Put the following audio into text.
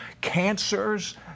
Cancers